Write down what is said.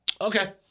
Okay